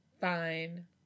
Fine